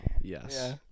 Yes